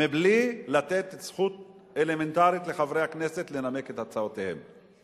מבלי לתת זכות אלמנטרית לחברי הכנסת לנמק את הצעותיהם.